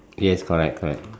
yes correct correct